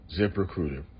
ZipRecruiter